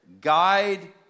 guide